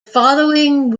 following